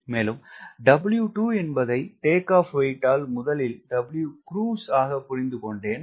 மேலும் W2 என்பதை WT0 ஆல் முதலில் Wcruise ஆக புரிந்து கொண்டேன்